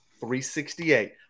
368